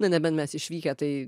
na neben mes išvykę tai